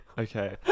Okay